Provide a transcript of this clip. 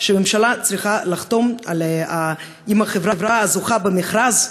שהממשלה צריכה לחתום עם החברה הזוכה במכרז,